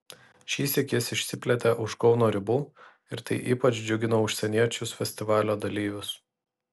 šįsyk jis išsiplėtė už kauno ribų ir tai ypač džiugino užsieniečius festivalio dalyvius